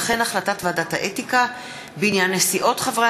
וכן החלטת ועדת האתיקה בדבר נסיעות חברי